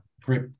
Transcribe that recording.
great